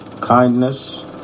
kindness